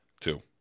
two